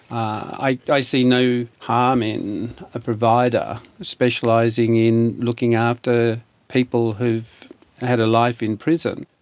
i i see no harm in a provider specialising in looking after people who've had a life in prison.